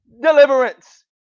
deliverance